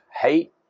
hate